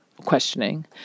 questioning